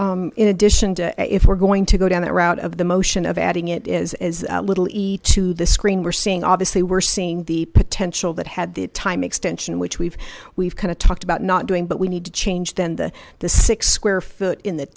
franks in addition to if we're going to go down that route of the motion of adding it is as little easy to the screen we're seeing obviously we're seeing the potential that had the time extension which we've we've kind of talked about not doing but we need to change then the the six square foot in the